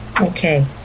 Okay